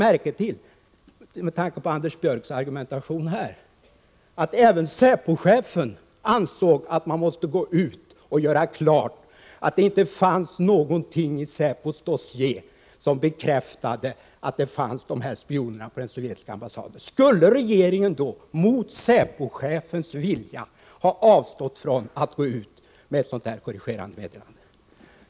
Med tanke på Anders Björcks argumentation här bör man lägga märke till att även säpochefen ansåg att man måste gå ut och göra klart att det inte fanns någonting i säpos dossier som bekräftade att dessa personer på den sovjetiska ambassaden var spioner. Skulle regeringen då, mot säpochefens vilja, ha avstått från att gå ut med ett sådant här korrigerande meddelande?